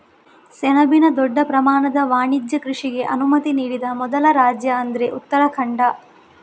ಸೆಣಬಿನ ದೊಡ್ಡ ಪ್ರಮಾಣದ ವಾಣಿಜ್ಯ ಕೃಷಿಗೆ ಅನುಮತಿ ನೀಡಿದ ಮೊದಲ ರಾಜ್ಯ ಅಂದ್ರೆ ಉತ್ತರಾಖಂಡ